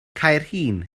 caerhun